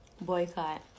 boycott